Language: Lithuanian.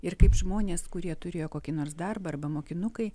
ir kaip žmonės kurie turėjo kokį nors darbą arba mokinukai